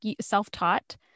self-taught